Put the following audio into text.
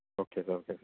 okay sir okay sir